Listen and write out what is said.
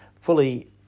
fully